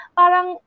parang